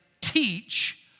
teach